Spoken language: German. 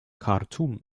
khartum